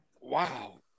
Wow